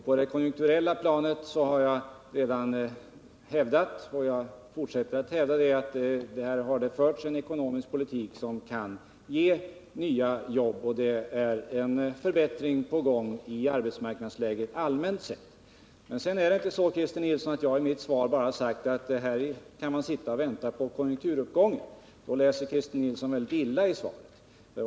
På det konjunkturella planet — jag har hävdat det redan tidigare och jag fortsätter att hävda det — har det förts en politik som kan ge nya jobb, och det är en förbättring på gång i arbetsmarknadsläget. Men det är inte så, Christer Nilsson, att jag i mitt svar bara har sagt att här kan man sitta och vänta på konjunkturuppgången. Om Christer Nilsson uppfattar det så läser han svaret mycket illa.